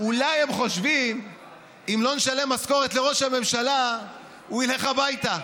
איך זה לא ברור לך שיש הבדל בין הבית הפרטי לרכב?